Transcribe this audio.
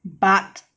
but